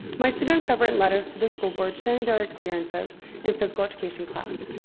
my students have written letters to the school board sharing their experiences in physical education class.